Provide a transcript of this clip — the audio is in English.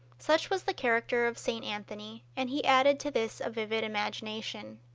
such was the character of st. anthony, and he added to this a vivid imagination.